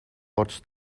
pots